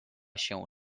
się